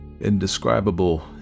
indescribable